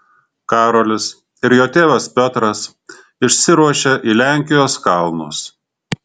karolis ir jo tėvas piotras išsiruošia į lenkijos kalnus